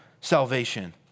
salvation